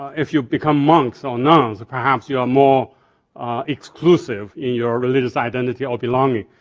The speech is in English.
if you become monks or nuns, perhaps you're more exclusive in your religious identity or belonging.